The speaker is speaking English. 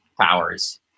powers